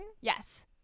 Yes